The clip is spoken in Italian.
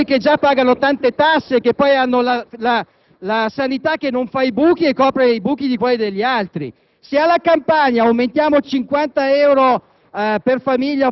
Dichiaro aperta la votazione.